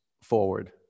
forward